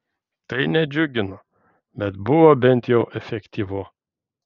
tai nedžiugino bet buvo bent jau efektyvu